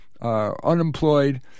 unemployed